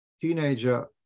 teenager